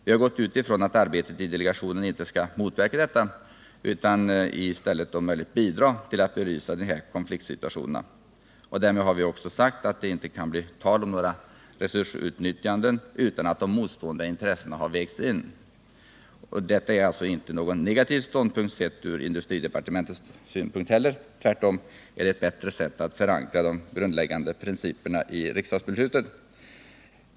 Vi har gått ut ifrån att arbetet i delegationen inte skall motverka detta utan i stället om möjligt bidra till att belysa de här konfliktsituationerna. Därmed har vi också sagt att det inte kan bli tal om något resursutnyttjande utan att de motstående intressena har vägts in. Detta är ingen negativ ståndpunkt sett ur industridepartementets synvinkel — tvärtom är det ett bättre sätt att förankra de grundläggande principerna i riksdagsbeslutet.